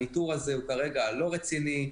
הניתור הזה הוא כרגע לא רציני.